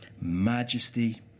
majesty